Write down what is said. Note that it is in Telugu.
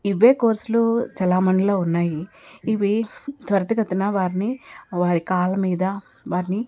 ఇవే కోర్సులు చలామణిలో ఉన్నాయి ఇవి త్వరితగతిన వారిని వారి కాళ్ళ మీద వారిని